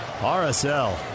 RSL